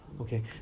Okay